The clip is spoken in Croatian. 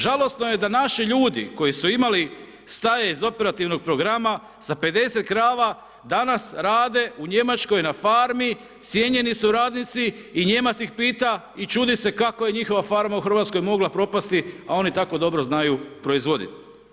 Žalosno je da naši ljudi koji su imali staje iz operativnog programa, za 50 krava danas rade u Njemačkoj na farmi, cijenjeni su radnici i Nijemac ih pita i čudi se kako je njihova farma u Hrvatskoj mogla propasti a oni tako dobro znaju proizvoditi.